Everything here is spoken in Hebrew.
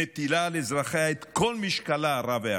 מטילה על אזרחיה את כל משקלה הרב והעצום,